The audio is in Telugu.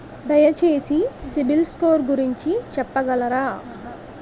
దయచేసి సిబిల్ స్కోర్ గురించి చెప్పగలరా?